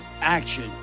action